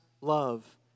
love